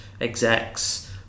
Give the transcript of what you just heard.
Execs